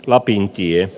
lapintie